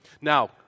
Now